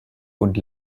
und